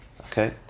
Okay